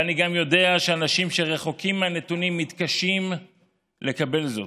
ואני גם יודע שאנשים שרחוקים מהנתונים מתקשים לקבל זאת: